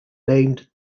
named